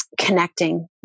connecting